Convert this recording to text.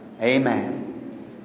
amen